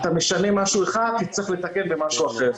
אתה משלם משהו אחד, תצטרך לתקן במשהו אחר.